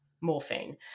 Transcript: morphine